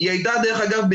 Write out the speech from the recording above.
דרך אגב,